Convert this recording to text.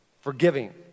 forgiving